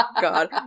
God